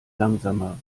langsamer